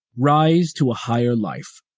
rise to a higher life,